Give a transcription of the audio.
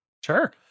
Sure